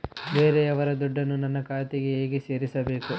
ಬೇರೆಯವರ ದುಡ್ಡನ್ನು ನನ್ನ ಖಾತೆಗೆ ಹೇಗೆ ಸೇರಿಸಬೇಕು?